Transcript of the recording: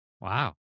Wow